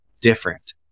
different